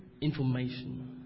information